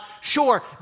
Sure